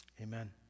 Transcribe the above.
Amen